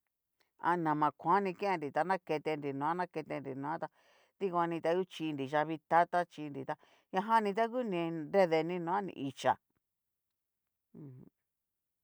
Ha nama kuan ni kennri ta naketenri noa naketenri noa tá dikuani ta u xhínri yavitata chinritá ñajanni ta ngu ni nrede ni noa ni ichi'a,